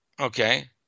Okay